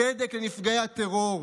צדק לנפגעי הטרור,